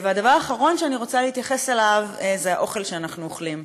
והדבר האחרון שאני רוצה להתייחס אליו זה האוכל שאנחנו אוכלים.